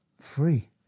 Free